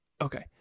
Okay